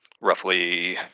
roughly